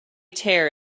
tear